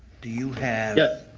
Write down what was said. do you have that?